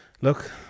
Look